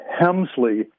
Hemsley